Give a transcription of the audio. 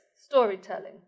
storytelling